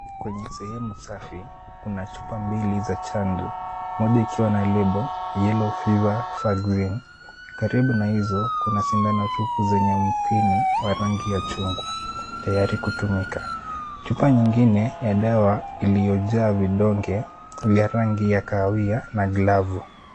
Kwenye sehemu safi, kuna chupa mbili za chanjo moja ikiwa na lebo yellow fever vacine . Karibu na hizo kuna sindano mtupu zenye mpini wa rangi za chungwa tayari kutumika. Chupa nyingine ya dawa iliyojaa vidonge vya rangi ya kahawia na glavu.